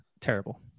terrible